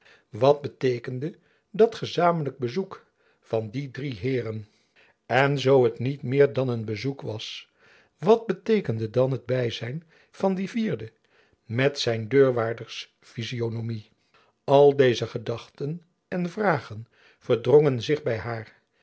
wat beteekende dat gezamenlijk bezoek van die drie heeren jacob van lennep elizabeth musch en zoo het niet meer dan een bezoek was wat beteekende dan het byzijn van dien vierde met zijn deurwaarders fyzionomie al deze gedachten en vragen verdrongen zich by haar